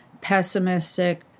pessimistic